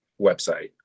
website